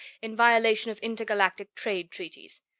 in violation of intergalactic trade treaties.